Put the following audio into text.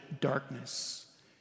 darkness